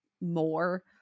more